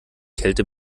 kälte